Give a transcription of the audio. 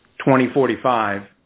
2045